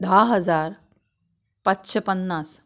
धा हजार पांचशें पन्नास